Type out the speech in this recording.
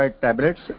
tablets